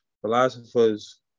Philosophers